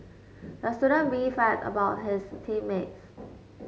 the student beefed at about his team mates